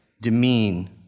demean